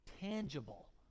tangible